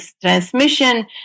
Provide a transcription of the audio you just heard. transmission